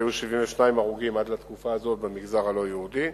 היו 72 הרוגים עד לתקופה הזו במגזר הלא-יהודי.